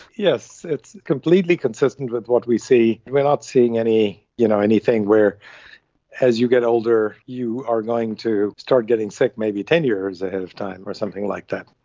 yes, it's completely consistent with what we see. we are not seeing you know anything where as you get older you are going to start getting sick maybe ten years ahead of time or something like that.